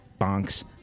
bonks